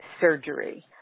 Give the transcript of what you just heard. surgery